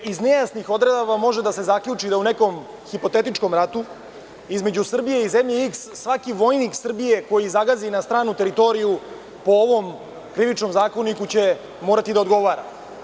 Iz nejasnih odredaba može da se zaključi da u nekom hipotetičkom ratu između Srbije i zemlje iks svaki vojnik Srbije koji zagazi na stranu teritoriju po ovom Krivičnom zakoniku će morati da odgovara.